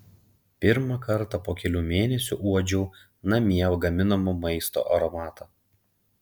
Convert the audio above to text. pirmą kartą po kelių mėnesių uodžiau namie gaminamo maisto aromatą